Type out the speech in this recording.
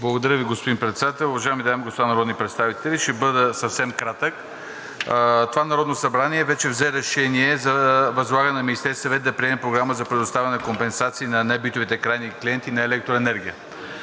Благодаря Ви, господин Председател. Уважаеми дами и господа народни представители, ще бъда съвсем кратък. Това Народно събрание вече взе Решение за възлагане на Министерския съвет да приеме програма за предоставяне на компенсации на небитовите крайни клиенти на електроенергия.